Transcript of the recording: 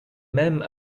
même